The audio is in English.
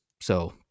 so-